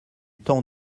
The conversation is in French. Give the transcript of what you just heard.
temps